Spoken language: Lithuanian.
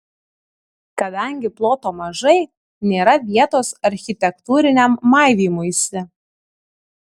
kadangi ploto mažai nėra vietos architektūriniam maivymuisi